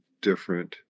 Different